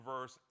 verse